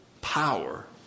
power